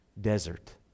desert